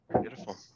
Beautiful